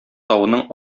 тавының